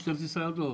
משטרת ישראל לא נמצאים?